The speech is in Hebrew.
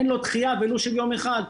אין לו דחייה ולו של יום אחד.